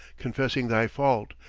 confessing thy fault,